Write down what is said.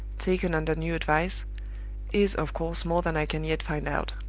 taken under new advice is, of course, more than i can yet find out.